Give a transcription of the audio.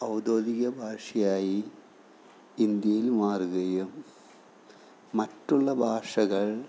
ഔദ്യോഗിക ഭാഷയായി ഇന്ത്യയിൽ മാറുകയും മറ്റുള്ള ഭാഷകൾ